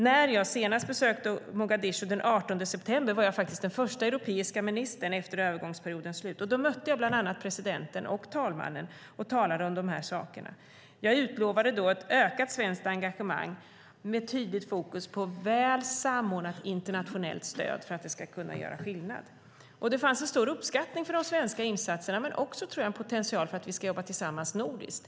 När jag senast besökte Mogadishu, den 18 september, var jag faktiskt den första europeiska ministern där efter övergångsperiodens slut. Jag mötte bland annat presidenten och talmannen och talade om dessa saker, och jag utlovade då ett ökat svenskt engagemang med tydligt fokus på väl samordnat internationellt stöd för att det ska kunna göra skillnad. Det fanns en stor uppskattning för de svenska insatserna men också, tror jag, potential att jobba tillsammans nordiskt.